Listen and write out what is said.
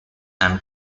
and